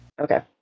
Okay